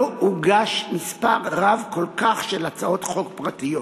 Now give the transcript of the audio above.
לא הוגש מספר רב כל כך של הצעות חוק פרטיות,